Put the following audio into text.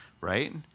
right